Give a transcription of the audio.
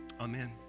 Amen